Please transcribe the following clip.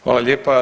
Hvala lijepa.